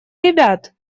ребят